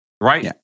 Right